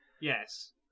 Yes